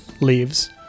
leaves